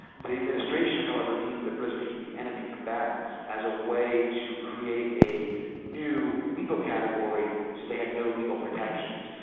the administration, however, deemed the prisoners to be enemy combatants as a way to create a new legal category, so they had no legal protections.